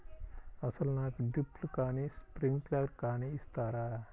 అసలు నాకు డ్రిప్లు కానీ స్ప్రింక్లర్ కానీ ఇస్తారా?